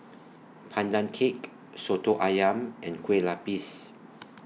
Pandan Cake Soto Ayam and Kue Lupis